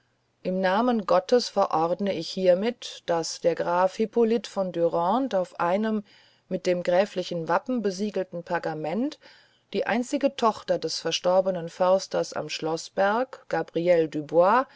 im namen gottes verordne ich hiermit daß der graf hippolyt von dürande auf einem mit dem gräflichen wappen besiegelten pergament die einzige tochter des verstorbenen försters am schloßberg gabriele dubois